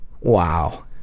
Wow